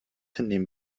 hinnehmen